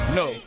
no